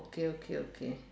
okay okay okay